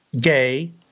gay